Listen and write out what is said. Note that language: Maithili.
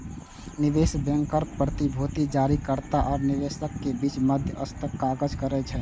निवेश बैंकर प्रतिभूति जारीकर्ता आ निवेशकक बीच मध्यस्थक काज करै छै